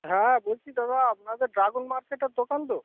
হ্যাঁ বলছি দাদা আপনাদের ড্রাগন মার্কেটের দোকান তো